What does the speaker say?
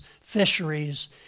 fisheries